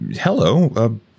hello